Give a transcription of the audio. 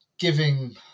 giving